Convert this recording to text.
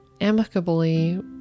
amicably